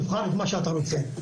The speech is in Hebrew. תבחר את מה שאתה רוצה,